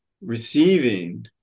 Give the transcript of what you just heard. receiving